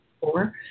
four